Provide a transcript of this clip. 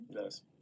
Yes